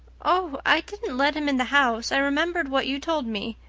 oh, i didn't let him in the house. i remembered what you told me,